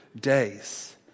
days